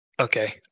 okay